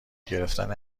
گرفتن